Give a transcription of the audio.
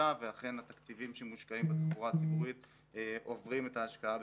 ואכן התקציבים שמושקעים בתחבורה הציבורית עוברים את ההשקעה בכבישים.